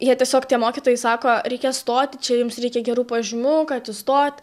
jie tiesiog tie mokytojai sako reikia stoti čia jums reikia gerų pažymių kad įstoti